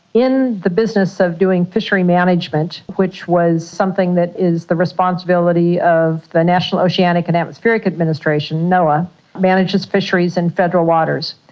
in the business of doing fishery management, which was something that is the responsibility of the national oceanic and atmospheric administration, noaa, it manages fisheries in federal waters,